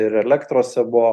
ir elektrose buvo